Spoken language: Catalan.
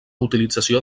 utilització